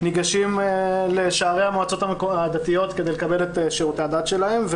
שניגשים לשערי המועצות הדתיות כדי לקבל את שירותי הדת שלהם.